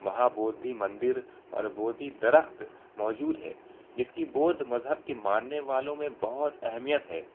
مہا بودھی مندر اور بودھی درخت موجود ہے جس کی بودھ مذہب کے ماننے والوں میں بہت اہمیت ہے